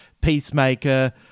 Peacemaker